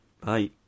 Bye